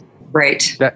right